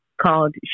called